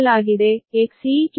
10 P